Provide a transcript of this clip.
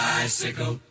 Bicycle